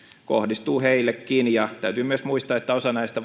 kohdistuu heillekin täytyy myös muistaa että osa näistä